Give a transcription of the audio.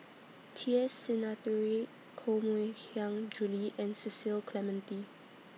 T S Sinnathuray Koh Mui Hiang Julie and Cecil Clementi